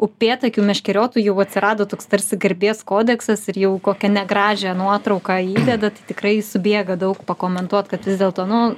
upėtakių meškeriotojų jau atsirado toks tarsi garbės kodeksas ir jau kokią negražią nuotrauką įdeda tai tikrai subėga daug pakomentuot kad vis dėlto nu